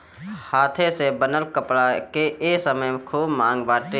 हाथे से बनल कपड़ा के ए समय में खूब मांग बाटे